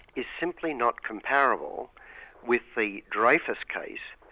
is simply not comparable with the dreyfus case,